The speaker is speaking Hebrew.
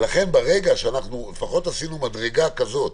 לכן לפחות עשינו מדרגה כזאת,